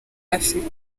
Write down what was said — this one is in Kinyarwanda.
afurika